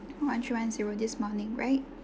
one three one zero this morning right